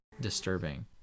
disturbing